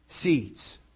Seeds